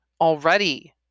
already